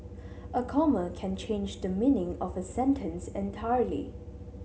a comma can change the meaning of a sentence entirely